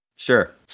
Sure